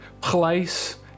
place